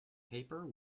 paper